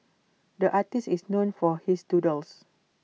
the artist is known for his doodles